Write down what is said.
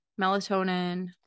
melatonin